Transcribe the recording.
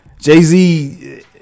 Jay-Z